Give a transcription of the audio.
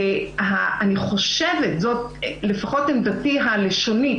אני חושבת זו לפחות עמדתי הלשונית,